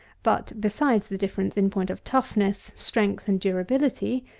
but besides the difference in point of toughness, strength, and durability,